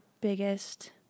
biggest